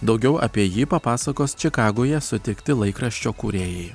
daugiau apie jį papasakos čikagoje sutikti laikraščio kūrėjai